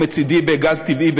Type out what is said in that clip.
או מצדי בגז טבעי,